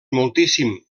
moltíssim